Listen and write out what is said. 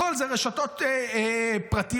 הכול זה רשתות פרטיות.